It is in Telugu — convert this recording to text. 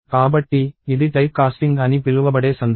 కాబట్టి ఇది టైప్కాస్టింగ్ అని పిలువబడే సందర్భం